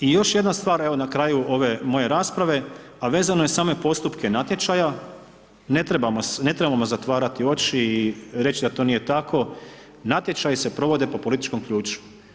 I još jedna stvar, evo na kraju ove moje rasprave, a vezano je uz same postupke natječaja, ne trebamo, ne trebamo zatvarati oči i reći da to nije tako, natječaji se provode po političkom ključu.